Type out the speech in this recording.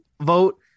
vote